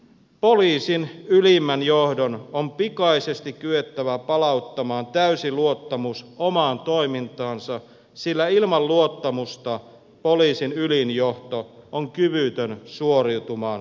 poliisin ylimmän johdon on pikaisesti kyettävä palauttamaan täysi luottamus omaan toimintaansa sillä ilman luottamusta poliisin ylin johto on kyvytön suoriutumaan tärkeästä tehtävästään